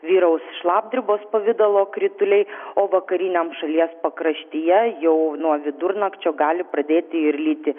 vyraus šlapdribos pavidalo krituliai o vakariniam šalies pakraštyje jau nuo vidurnakčio gali pradėti ir lyti